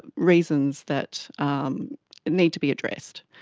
reasons that um need to be addressed,